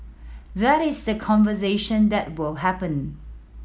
that is the conversation that will happen